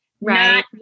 right